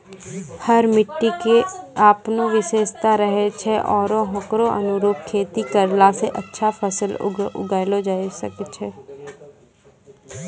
हर मिट्टी के आपनो विशेषता रहै छै आरो होकरो अनुरूप खेती करला स अच्छा फसल उगैलो जायलॅ सकै छो